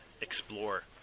explore